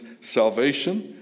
salvation